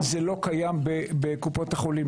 לא קיים בקופות החולים.